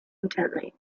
intently